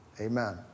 amen